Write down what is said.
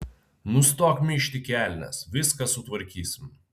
nustok myžt į kelnes viską sutvarkysim